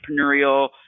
entrepreneurial